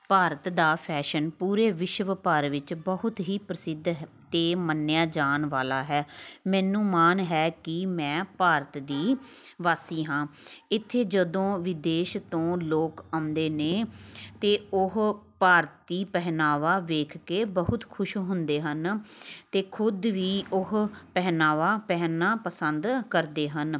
ਭਾਰਤ ਦਾ ਫੈਸ਼ਨ ਪੂਰੇ ਵਿਸ਼ਵ ਭਰ ਵਿੱਚ ਬਹੁਤ ਹੀ ਪ੍ਰਸਿੱਧ ਹੈ ਅਤੇ ਮੰਨਿਆ ਜਾਣ ਵਾਲਾ ਹੈ ਮੈਨੂੰ ਮਾਣ ਹੈ ਕਿ ਮੈਂ ਭਾਰਤ ਦੀ ਵਾਸੀ ਹਾਂ ਇੱਥੇ ਜਦੋਂ ਵਿਦੇਸ਼ ਤੋਂ ਲੋਕ ਆਉਂਦੇ ਨੇ ਤਾਂ ਉਹ ਭਾਰਤੀ ਪਹਿਨਾਵਾ ਦੇਖ ਕੇ ਬਹੁਤ ਖੁਸ਼ ਹੁੰਦੇ ਹਨ ਅਤੇ ਖੁਦ ਵੀ ਉਹ ਪਹਿਨਾਵਾ ਪਹਿਨਣਾ ਪਸੰਦ ਕਰਦੇ ਹਨ